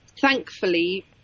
thankfully